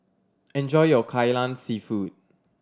enjoy your Kai Lan Seafood